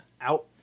out